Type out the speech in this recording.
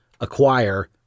acquire